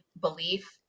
belief